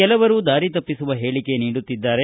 ಕೆಲವರು ದಾರಿ ತಪ್ಪಿಸುವ ಹೇಳಿಕೆ ನೀಡುತ್ತಿದ್ದಾರೆ